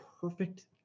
perfect